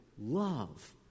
love